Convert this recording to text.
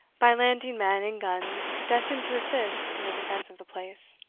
by landing men and guns destined to assist in the defence of the place.